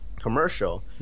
commercial